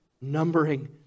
Numbering